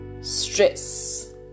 stress